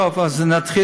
אתה מדבר